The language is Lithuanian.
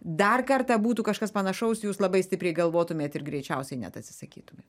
dar kartą būtų kažkas panašaus jūs labai stipriai galvotumėt ir greičiausiai net atsisakytumėt